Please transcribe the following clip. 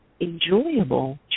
enjoyable